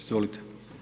Izvolite.